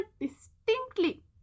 distinctly